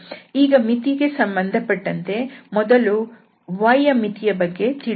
ಈಗ ಮಿತಿಗೆ ಸಂಬಂಧ ಪಟ್ಟಂತೆ ಮೊದಲು ನಾವು yಯ ಮಿತಿಯ ಬಗ್ಗೆ ತಿಳಿಯೋಣ